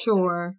Sure